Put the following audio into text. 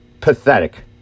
Pathetic